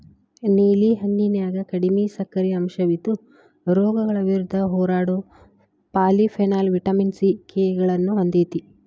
ನೇಲಿ ಹಣ್ಣಿನ್ಯಾಗ ಕಡಿಮಿ ಸಕ್ಕರಿ ಅಂಶವಿದ್ದು, ರೋಗಗಳ ವಿರುದ್ಧ ಹೋರಾಡೋ ಪಾಲಿಫೆನಾಲ್, ವಿಟಮಿನ್ ಸಿ, ಕೆ ಗಳನ್ನ ಹೊಂದೇತಿ